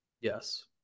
Yes